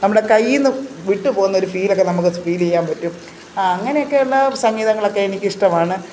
നമ്മുടെ കയ്യിൽ നിന്ന് വിട്ടുപോകുന്നൊരു ഫീൽ ഒക്കെ നമുക്ക് ഫീൽ ചെയ്യാൻ പറ്റും അങ്ങനെയൊക്കെയുള്ള സംഗീതങ്ങളൊക്കെ എനിക്ക് ഇഷ്ടമാണ്